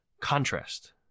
contrast